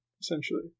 essentially